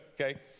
okay